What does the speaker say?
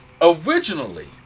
Originally